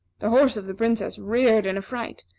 the horse of the princess reared in affright,